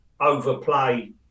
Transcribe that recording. overplay